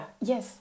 Yes